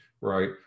right